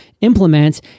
implement